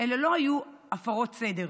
לא היו הפרות סדר.